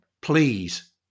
please